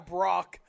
Brock